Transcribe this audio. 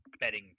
betting